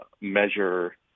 measure